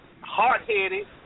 hard-headed